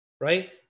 right